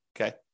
Okay